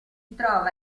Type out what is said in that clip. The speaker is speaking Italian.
trova